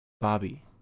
Bobby